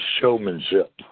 showmanship